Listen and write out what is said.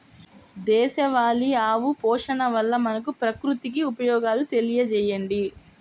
దేశవాళీ ఆవు పోషణ వల్ల మనకు, ప్రకృతికి ఉపయోగాలు తెలియచేయండి?